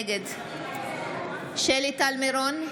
נגד שלי טל מירון,